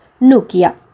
Nokia